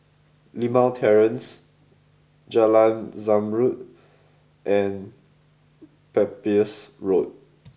Limau Terrace Jalan Zamrud and Pepys Road